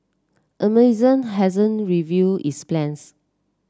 amazon hasn't revealed its plans